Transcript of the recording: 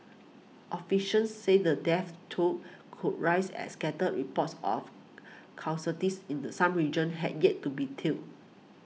officials said the death toll could rise as scattered reports of casualties in the some regions had yet to be tallied